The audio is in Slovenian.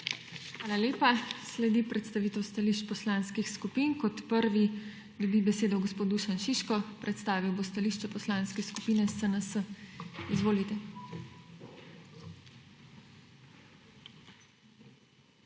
Hvala lepa. Sledi predstavitev stališč poslanskih skupin. Kot prvi dobi besedo gospod Dušan Šiško, predstavil bo stališče Poslanske skupine SNS. Izvolite.